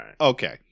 Okay